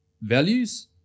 values